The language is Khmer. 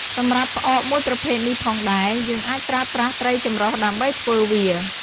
សម្រាប់់ផ្អកមួយប្រភេទនេះផងដែរ យើងអាចប្រើប្រាស់ត្រីចម្រុះដើម្បីធ្វើវា។